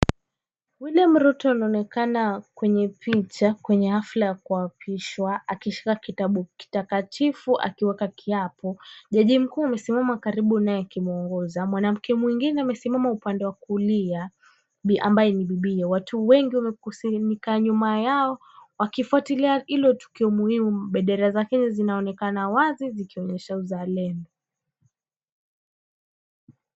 William Ruto anaonekana kwenye picha kwenye afya ya kuapishwa, akishika kitabu kitakatifu, akiweka kiapo. Jaji mkuu umesimama karibu naye kumuongoza. Mwanamke mwingine amesimama upande wa kulia ambaye ni bibiye. Watu wengi wamekusimika nyuma yao, wakifuatilia hilo tukio muhimu. Bendera za Kenya zinaonekana wazi zikionyesha uzalendo.